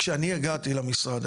כשאני הגעתי למשרד,